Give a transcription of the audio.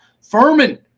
Furman